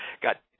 got